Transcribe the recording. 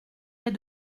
est